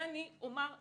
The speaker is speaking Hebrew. יותר מזה,